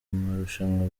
marushanwa